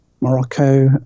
Morocco